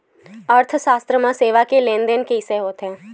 अर्थशास्त्र मा सेवा के कइसे लेनदेन होथे?